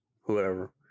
whoever